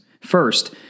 First